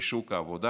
לשוק העבודה.